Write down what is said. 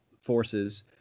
forces